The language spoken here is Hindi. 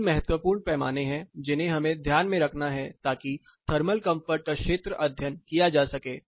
3 महत्वपूर्ण पैमाने हैं जिन्हें हमें ध्यान में रखना है ताकि थर्मल कंफर्ट का क्षेत्र अध्ययन किया जा सके